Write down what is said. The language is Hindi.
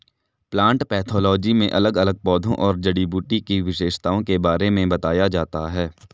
प्लांट पैथोलोजी में अलग अलग पौधों और जड़ी बूटी की विशेषताओं के बारे में बताया जाता है